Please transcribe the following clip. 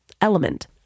Element